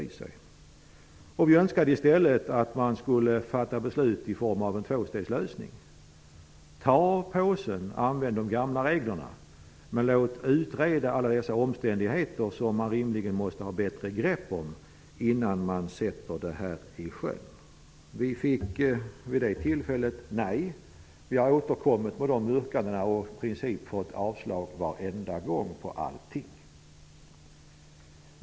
Vi önskade i stället att man skulle fatta beslut om en tvåstegslösning: ta påsen, använd de gamla reglerna men låt utreda alla de omständigheter som man rimligen måste ha bättre grepp om innan man sätter detta i sjön. Vi fick avslag på våra yrkanden vid det tillfället. Vi har återkommit med dem och i princip fått avslag på allting varenda gång.